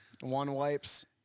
One-wipes